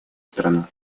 страну